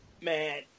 Man